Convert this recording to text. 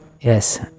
Yes